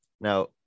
Now